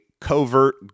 covert